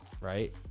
right